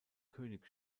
könig